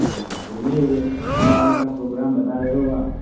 जी हाँ बोलिए विवेक कहाँ जाने का प्रोग्राम बना रहे हो आप